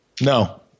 No